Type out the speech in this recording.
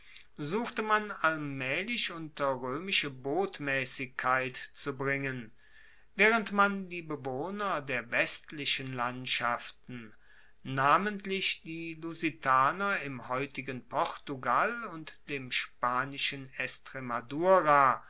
suchte man allmaehlich unter roemische botmaessigkeit zu bringen waehrend man die bewohner der westlichen landschaften namentlich die lusitaner im heutigen portugal und dem spanischen